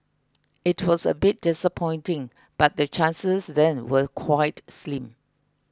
it was a bit disappointing but the chances then were quite slim